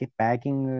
packing